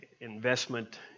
investment